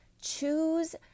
Choose